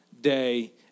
day